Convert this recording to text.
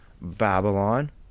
Babylon